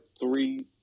three